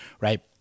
right